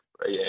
right